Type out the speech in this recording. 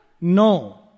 No